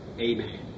Amen